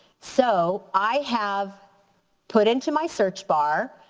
so i have put into my search bar,